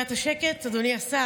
אתה לא שומע את השקט, אדוני השר?